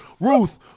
Ruth